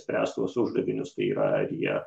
spręs tuos uždavinius tai yra ar jie